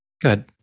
Good